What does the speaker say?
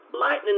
lightning